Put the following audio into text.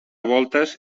voltes